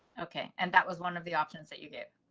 okay, and that was one of the options that you did.